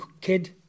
kid